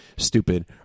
stupid